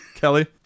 Kelly